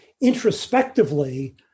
introspectively